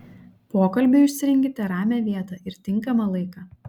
pokalbiui išsirinkite ramią vietą ir tinkamą laiką